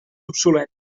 obsolet